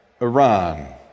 Iran